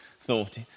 thought